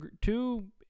Two